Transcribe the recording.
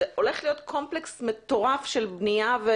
זה הולך להיות קומפלקס מטורף של בנייה.